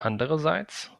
andererseits